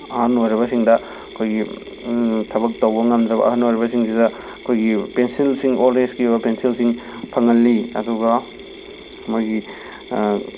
ꯑꯍꯜ ꯑꯣꯏꯔꯕꯁꯤꯡꯗ ꯑꯩꯈꯣꯏꯒꯤ ꯊꯕꯛ ꯇꯧꯕ ꯉꯝꯗ꯭ꯔꯕ ꯑꯍꯜ ꯑꯣꯏꯔꯕꯁꯤꯡꯁꯤꯗ ꯑꯩꯈꯣꯏꯒꯤ ꯄꯦꯟꯁꯤꯜꯁꯤꯡ ꯑꯣꯜ ꯑꯦꯁꯀꯤ ꯑꯣꯏꯕ ꯄꯦꯟꯁꯤꯜꯁꯤꯡ ꯐꯪꯍꯜꯂꯤ ꯑꯗꯨꯒ ꯃꯣꯏꯒꯤ